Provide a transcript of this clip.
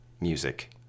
music